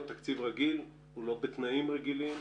ברור שזה איננו תקציב רגיל, לא בתנאים רגילים,